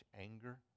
anger